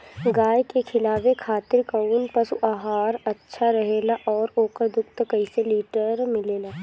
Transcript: गाय के खिलावे खातिर काउन पशु आहार अच्छा रहेला और ओकर दुध कइसे लीटर मिलेला?